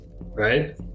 Right